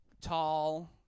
Tall